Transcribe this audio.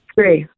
Three